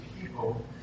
people